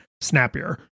snappier